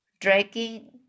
dragging